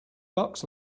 bucks